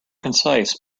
concise